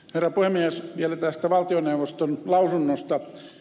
vielä tästä valtioneuvoston lausunnosta